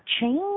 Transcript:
change